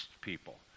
people